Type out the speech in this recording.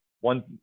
one